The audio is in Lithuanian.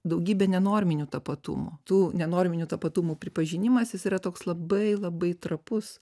daugybė nenorminių tapatumų tų nenorminių tapatumų pripažinimas jis yra toks labai labai trapus